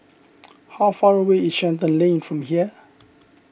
how far away is Shenton Lane from here